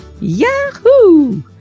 Yahoo